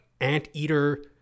anteater